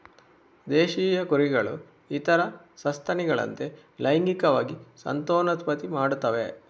ದೇಶೀಯ ಕುರಿಗಳು ಇತರ ಸಸ್ತನಿಗಳಂತೆ ಲೈಂಗಿಕವಾಗಿ ಸಂತಾನೋತ್ಪತ್ತಿ ಮಾಡುತ್ತವೆ